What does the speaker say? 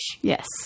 Yes